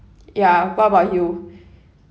ya what about you